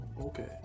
okay